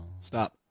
Stop